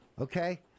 Okay